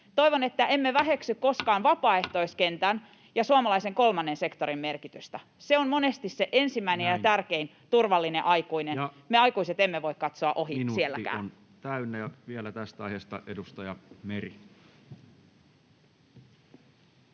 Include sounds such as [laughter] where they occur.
Toivon, että emme väheksy koskaan vapaaehtoiskentän ja suomalaisen kolmannen sektorin merkitystä. [noise] Se on monesti se ensimmäinen ja tärkein turvallinen aikuinen. Me aikuiset emme voi katsoa ohi, sielläkään. Minuutti on täynnä. — Vielä tästä aiheesta edustaja Meri.